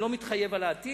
אני לא מתחייב על העתיד,